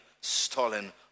stolen